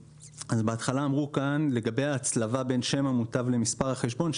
בהתחלה אמרו כאן לגבי הצלבה בין שם המוטב למספר החשבון,